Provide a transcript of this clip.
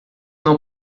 não